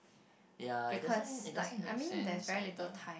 ya it doesn't it doesn't make sense either